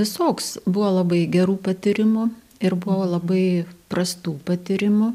visoks buvo labai gerų patyrimų ir buvo labai prastų patyrimų